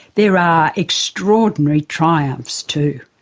there are extraordinary triumphs too.